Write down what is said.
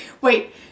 wait